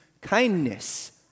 kindness